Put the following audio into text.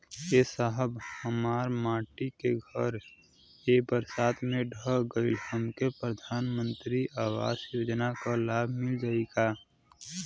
ए साहब हमार माटी क घर ए बरसात मे ढह गईल हमके प्रधानमंत्री आवास योजना क लाभ मिल जाई का?